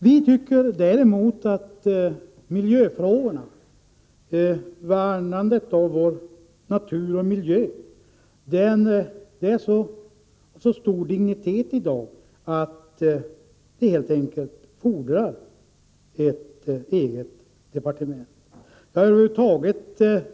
Vi däremot tycker att miljöfrågorna, värnandet av vår natur och miljö, är av så stor dignitet i dag att de helt enkelt fordrar ett eget departement.